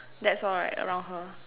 that's all right around her